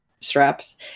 straps